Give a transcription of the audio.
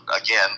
again